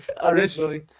originally